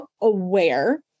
aware